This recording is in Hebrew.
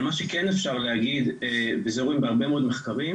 אבל מה שכן אפשר להגיד ואת זה רואים בהרבה מאוד מחקרים,